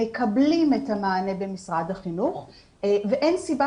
הם מקבלים את המענה במשרד החינוך ואין סיבה